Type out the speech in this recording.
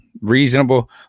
reasonable